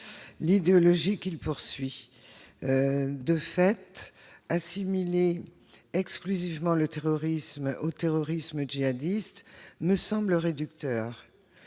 l'idéologie à laquelle il se réfère. De fait, assimiler exclusivement le terrorisme au terrorisme djihadiste me semble réducteur.